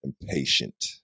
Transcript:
Impatient